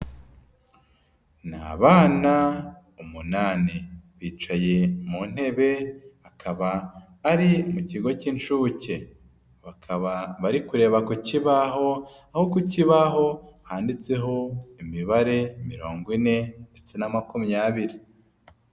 Ni abana umunani . Bicaye mu ntebe, akaba ari mu kigo cy'inshuke. Bakaba bari kureba ku kibaho, aho ku kibaho handitseho imibare mirongo ine ndetse na makumyabiri.